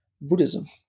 Buddhism